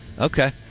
Okay